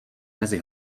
mezi